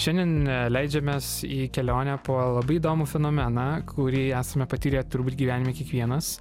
šiandien leidžiamės į kelionę po labai įdomų fenomeną kurį esame patyrę turbūt gyvenime kiekvienas